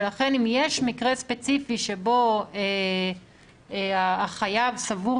לכן אם יש מקרה ספציפי שבו החייב סבור